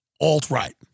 alt-right